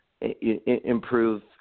improve